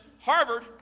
Harvard